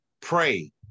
pray